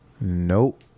Nope